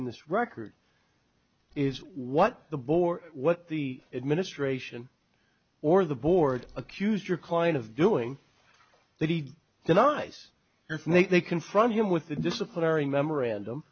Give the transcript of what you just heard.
in this record is what the board what the administration or the board accuse your client of doing that he denies if they confront him with the disciplinary memorandum